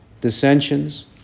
dissensions